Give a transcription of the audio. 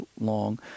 long